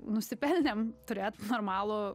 nusipelnėm turėt normalų